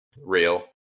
real